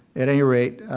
at any rate,